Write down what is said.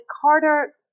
Carter